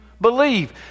believe